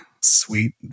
Sweet